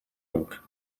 oncle